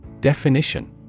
Definition